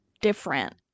different